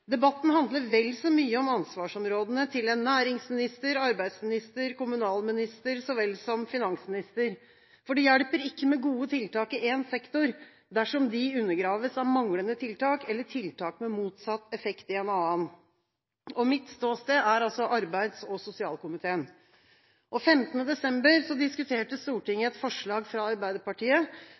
debatten handler vel så mye om ansvarsområdene til en næringsminister, arbeidsminister, kommunalminister så vel som finansminister. Det hjelper ikke med gode tiltak i én sektor dersom de undergraves av manglende tiltak eller tiltak med motsatt effekt i en annen. Mitt ståsted er arbeids- og sosialkomiteen. Den 15. desember diskuterte Stortinget et forslag fra Arbeiderpartiet